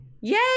Yay